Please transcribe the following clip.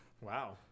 Wow